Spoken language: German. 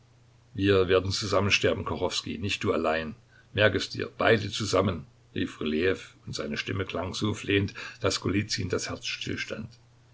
wir werden zusammen sterben kachowskij nicht du allein merke es dir beide zusammen rief rylejew und seine stimme klang so flehend daß golizyn das herz stillstand